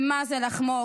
ומה זה לחמוק?